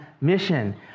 mission